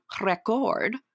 record